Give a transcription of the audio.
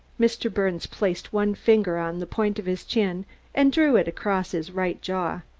mr. birnes placed one finger on the point of his chin and drew it across his right jaw.